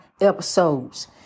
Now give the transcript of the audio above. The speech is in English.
episodes